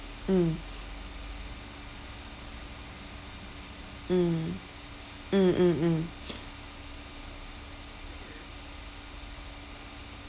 mm mm mm mm mm